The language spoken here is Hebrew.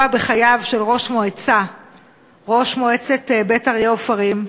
בחייו של ראש מועצת בית-אריה עופרים.